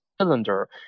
cylinder